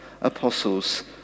apostles